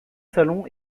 salon